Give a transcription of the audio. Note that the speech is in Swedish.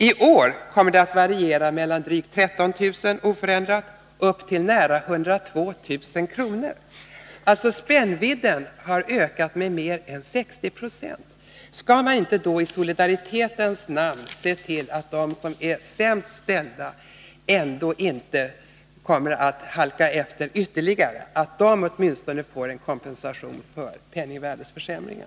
I år kommer det att variera mellan oförändrat drygt 13 000 upp till nära 102 000 kr. Spännvidden har alltså ökat med mer än 60 96. Skall man då inte i solidaritetens namn se till att de som är sämst ställda inte kommer att halka efter ytterligare, att de åtminstone får en kompensation för penningvärdeförsämringen?